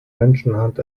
menschenhand